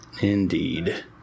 Indeed